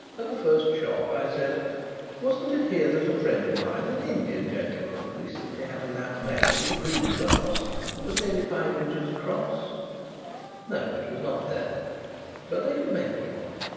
at the first shop i said wasn't it here that a friend of mine, an indian gentleman, recently had a lamp made with a green glass that was nearly five inches across no, it was not there but they could make me one.